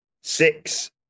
Six